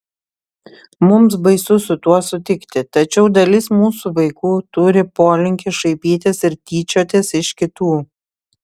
mums baisu su tuo sutikti tačiau dalis mūsų vaikų turi polinkį šaipytis ir tyčiotis iš kitų